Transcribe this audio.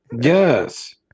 Yes